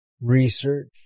research